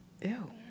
Ew